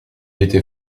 était